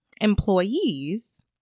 employees